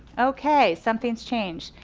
okay, something's changed.